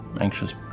anxious